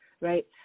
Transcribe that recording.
right